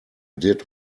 did